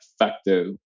effective